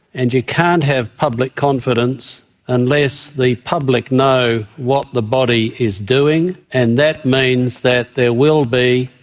and you can't have public confidence unless the public know what the body is doing, and that means that there will be,